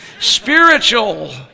spiritual